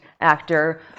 actor